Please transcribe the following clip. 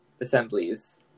assemblies